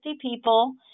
people